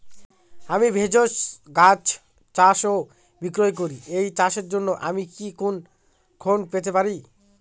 আমি ভেষজ গাছ চাষ ও বিক্রয় করি এই চাষের জন্য আমি কি কোন ঋণ পেতে পারি?